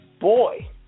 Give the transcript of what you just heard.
boy